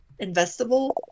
Investable